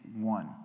one